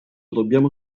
dobbiamo